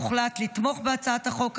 הוחלט לתמוך בהצעת החוק הזאת.